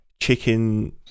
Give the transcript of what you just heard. chicken